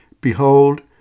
Behold